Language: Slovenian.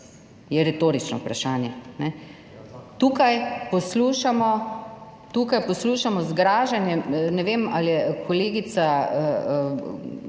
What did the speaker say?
je retorično vprašanje. Tukaj poslušamo zgražanje, ne vem ali je kolegica